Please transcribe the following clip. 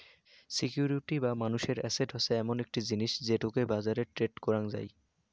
security বা মানুষের asset হসে এমন একটো জিনিস যেটোকে বাজারে ট্রেড করাং যাই